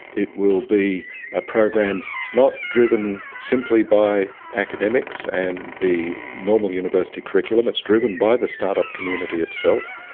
it will be a program not driven simply by academics and the normal university curriculum, it's driven by the start-up community itself.